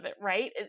right